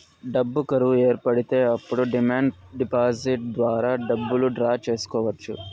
డబ్బు కరువు ఏర్పడితే అప్పుడు డిమాండ్ డిపాజిట్ ద్వారా డబ్బులు డ్రా చేసుకోవచ్చు